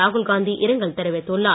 ராகுல் காந்தி இரங்கல் தெரிவித்துள்ளார்